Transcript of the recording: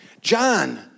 John